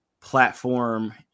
platform